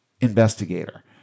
investigator